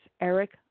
Eric